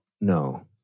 no